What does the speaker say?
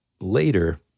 later